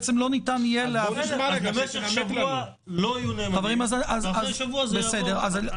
אז שבוע לא יהיו נאמנים ואז זה יעבור.